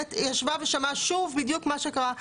אילת ישבה ושמעה שוב בדיוק מה שקרה.